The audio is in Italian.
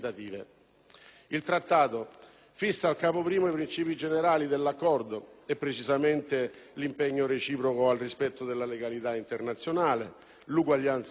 Il Trattato fissa al Capo I i princìpi generali dell'accordo e precisamente: l'impegno reciproco al rispetto della legalità internazionale; l'uguaglianza sovrana;